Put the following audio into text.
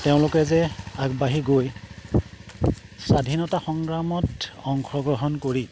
তেওঁলোকে যে আগবাঢ়ি গৈ স্বাধীনতা সংগ্ৰামত অংশগ্ৰহণ কৰি